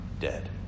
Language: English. dead